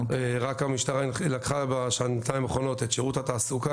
רק המשטרה לקחה בשנתיים האחרונות את שירות התעסוקה,